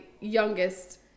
youngest